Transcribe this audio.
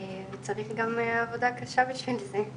וצריך גם עבודה קשה בשביל זה.